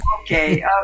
okay